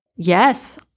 Yes